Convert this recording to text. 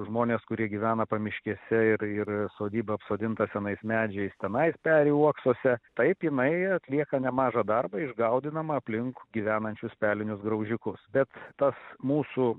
žmonės kurie gyvena pamiškėse ir ir sodyba apsodinta senais medžiais tenai peri uoksuose taip jinai atlieka nemažą darbą išgaudinama aplink gyvenančius pelinius graužikus bet tas mūsų